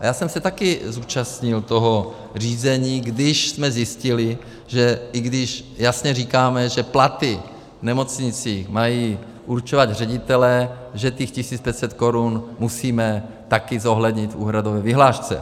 A já jsem se také účastnil toho řízení, když jsme zjistili, že i když jasně říkáme, že platy v nemocnicích mají určovat ředitelé, že těch 1 500 korun musíme taky zohlednit v úhradové vyhlášce.